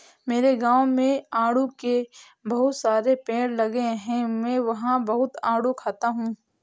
मेरे गाँव में आड़ू के बहुत सारे पेड़ लगे हैं मैं वहां बहुत आडू खाता हूँ